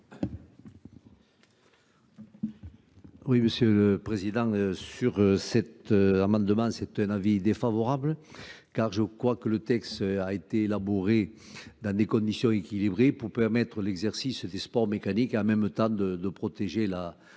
Oui, Monsieur le Président, sur cet amendement, c'est un avis défavorable, car je crois que le texte a été élaboré dans des conditions équilibrées pour permettre l'exercice des sports mécaniques et en même temps de protéger la santé